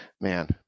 man